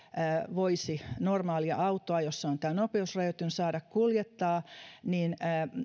voisi normaalia autoa jossa on tämä nopeusrajoitin saada kuljettaa niin